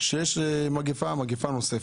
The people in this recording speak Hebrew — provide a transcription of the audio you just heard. שיש מגפה נוספת.